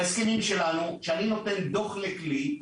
בהסכמים שלנו כשאני נותן דוח לכלי,